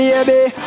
Baby